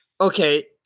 okay